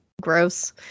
gross